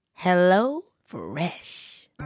HelloFresh